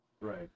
Right